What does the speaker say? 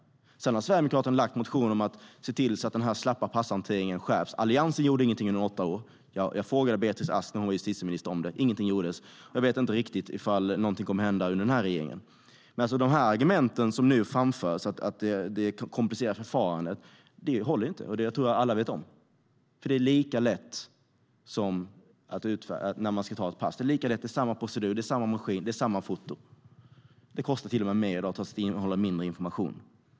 Sedan har Sverigedemokraterna lagt motioner om att se till att den slappa passhanteringen skärps. Alliansen gjorde ingenting under åtta år. Jag frågade Beatrice Ask om det när hon var justitieminister. Ingenting gjordes. Jag vet inte riktigt om någonting kommer att hända under den här regeringen. Men argumenten som nu framförs, att det komplicerar förfarandet, håller inte. Det tror jag att alla vet om. Det är lika lätt som att få ut ett pass. Det är samma procedur, samma maskin och samma foto. Id-kortet kostar till och med mer och innehåller mindre information.